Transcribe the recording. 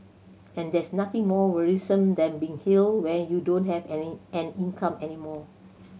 and there's nothing more worrisome than being ill when you don't have an income any more